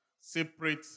separate